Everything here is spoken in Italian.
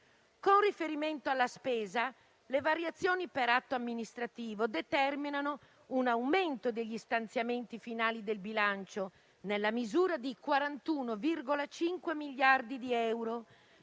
Con riferimento alla spesa, le variazioni per atto amministrativo determinano un aumento degli stanziamenti finali del bilancio, nella misura di 41,5 miliardi di euro,